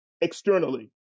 externally